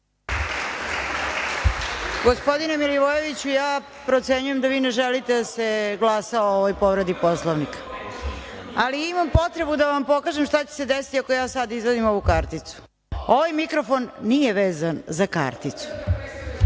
Gospodine Milivojeviću, ja procenjujem da vi ne želite da se glasa o ovoj povredi Poslovnika, ali imam potrebu da vam pokažem šta će se desiti ako ja sad izvadim ovu karticu. Ovaj mikrofon nije vezan za karticu,